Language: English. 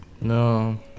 No